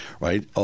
right